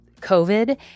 COVID